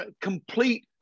complete